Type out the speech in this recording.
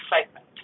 excitement